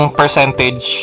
percentage